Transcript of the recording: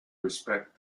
respect